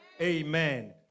amen